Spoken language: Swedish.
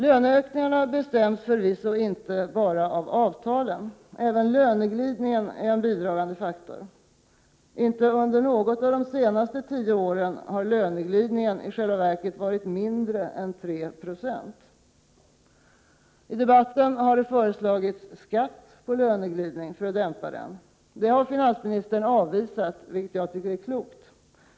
Löneökningarna bestäms förvisso inte bara av avtalen. Även löneglidningen är en bidragande faktor. Inte under något av de senaste tio åren har löneglidningen i själva verket varit mindre än 3 96. Det har i debatten föreslagits skatt på löneglidning för att därigenom dämpa den. Det har finansministern avvisat, vilket jag tycker är klokt.